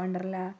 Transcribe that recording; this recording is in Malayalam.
വണ്ടർല